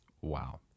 Wow